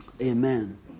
amen